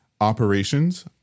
operations